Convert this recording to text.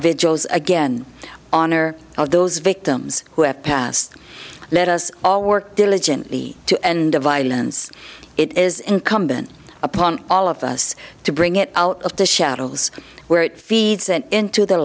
vigils again honor of those victims who have passed let us all work diligently to end the violence it is incumbent upon all of us to bring it out of the shadows where it feeds into the